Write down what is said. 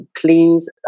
Please